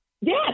Yes